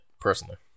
personally